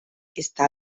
está